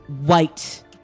white